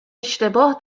اشتباه